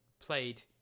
played